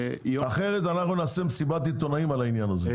אחרת אנחנו נכנס מסיבת עיתונאים על העניין הזה,